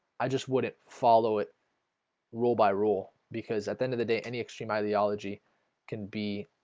i just wouldn't follow it rule by rule because at the end of the day any extreme ideology can be